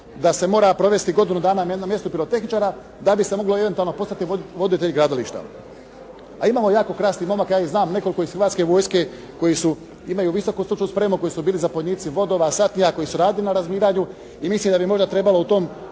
da se mora provesti godinu dana na jednom mjestu pirotehničara da bi se moglo eventualno postati voditelj gradilišta. A imamo jako krasnih momaka, ja ih znam nekoliko iz Hrvatske vojske koji imaju visoku stručnu spremu, koji su bili zapovjednici vodova, satnija, koji su radili na razminiranju i mislim da bi možda trebalo u tom